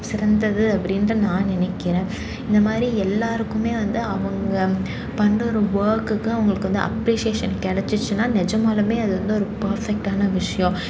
சிறந்தது அப்படின்ட்டு நான் நினைக்கிறேன் இந்த மாதிரி எல்லாேருக்குமே வந்து அவங்க பண்ணுற ஒரு வொர்க்குக்கு அவங்களுக்கு வந்து அப்ரிசேஷஷன் கிடைச்சிச்சினா நிஜமாலுமே அது வந்து ஒரு பெர்ஃபெக்டான ஒரு விஷயம்